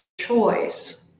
choice